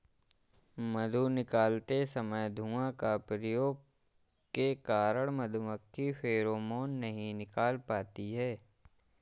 मधु निकालते समय धुआं का प्रयोग के कारण मधुमक्खी फेरोमोन नहीं निकाल पाती हैं